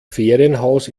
ferienhaus